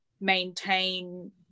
maintain